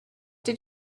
did